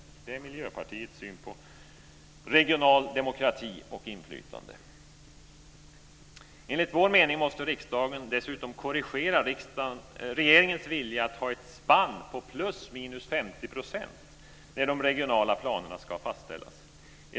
Det är Miljöpartiets syn på regional demokrati och regionalt inflytande. Enligt vår mening måste riksdagen dessutom korrigera regeringens vilja att ha ett spann på ±50 % när de regionala planerna ska fastställas.